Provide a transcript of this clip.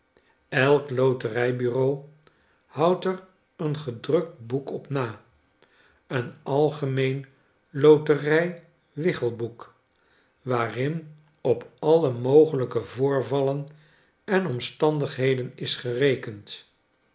elk loterijbureau houdt er een gedrukt boek op na een algemeen loterij wichelboek waarin op alle mogelijke voorvallen en omstandigheden isgerekend